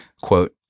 quote